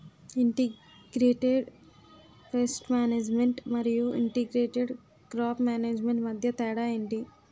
integrated pest management మరియు integrated crop management మధ్య తేడా ఏంటి